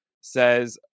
says